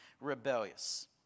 rebellious